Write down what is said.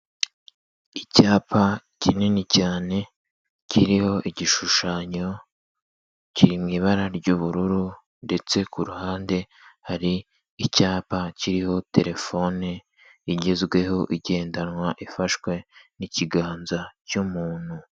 Icyapa kinini cyane kiriho igishushanyo kiri mu ibara ry'ubururu, ndetse ku ruhande hari icyapa kiriho terefone igezweho igendanwa ifashwe n'ikiganza cy'umuntu.